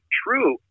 true